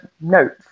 notes